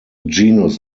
genus